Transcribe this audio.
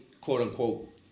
quote-unquote